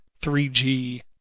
3G